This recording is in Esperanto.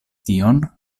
tion